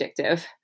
addictive